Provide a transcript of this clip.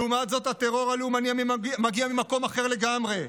לעומת זאת, הטרור הלאומני מגיע ממקום אחר לגמרי.